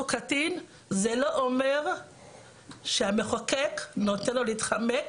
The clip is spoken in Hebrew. קטין זה לא אומר שהמחוקק נותן לו להתחמק